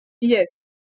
Yes